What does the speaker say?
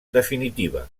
definitiva